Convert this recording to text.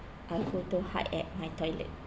I go to hide at my toilet